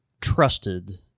trusted